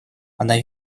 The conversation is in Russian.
она